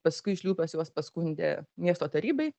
paskui šliūpas juos paskundė miesto tarybai